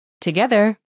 Together